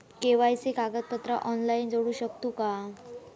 KYC कागदपत्रा online जोडू शकतू का?